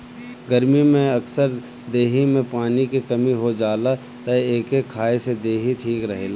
गरमी में अक्सर देहि में पानी के कमी हो जाला तअ एके खाए से देहि ठीक रहेला